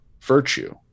virtue